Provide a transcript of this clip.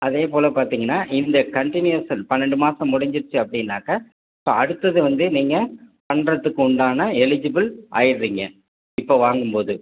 அதேப்போல் பார்த்தீங்கன்னா இந்த கண்டினிவேசன் பன்னெண்டு மாதம் முடிஞ்சிருச்சு அப்படின்னாக்க இப்போ அடுத்தது வந்து நீங்கள் பண்ணுறதுக்கு உண்டான எலிஜிபில் நீங்கள் ஆயிடுறீங்க இப்போ வாங்கும்போது